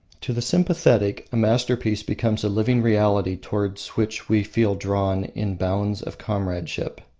to the sympathetic a masterpiece becomes a living reality towards which we feel drawn in bonds of comradeship.